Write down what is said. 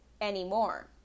anymore